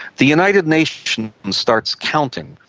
the united nations starts counting.